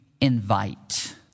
invite